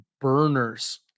burners